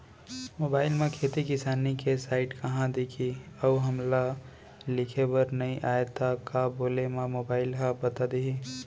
Mobile म खेती किसानी के साइट कहाँ दिखही अऊ हमला लिखेबर नई आय त का बोले म मोबाइल ह बता दिही?